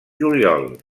juliol